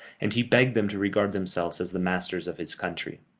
and he begged them to regard themselves as the masters of his country.